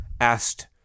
asked